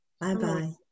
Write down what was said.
Bye-bye